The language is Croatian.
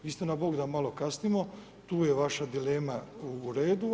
Istina bog da malo kasnimo, tu je vaša dilema u redu.